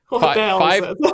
five